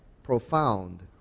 Profound